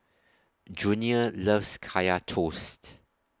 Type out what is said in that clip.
Junior loves Kaya Toast